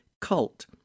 Cult